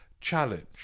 challenge